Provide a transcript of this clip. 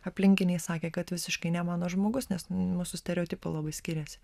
aplinkiniai sakė kad visiškai ne mano žmogus nes mūsų stereotipai labai skiriasi